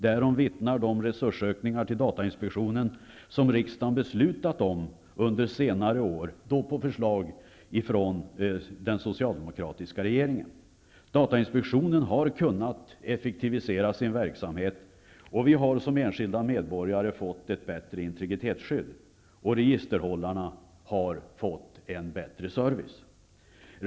Därom vittnar de resursökningar till datainspektionen som riksdagen beslutat om under senare år, då på förslag från den socialdemokratiska regeringen. Datainspektionen har kunnat effektivisera sin verksamhet. Vi har som enskilda medborgare fått ett bättre integritetsskydd, och registerhållarna har fått en bättre service.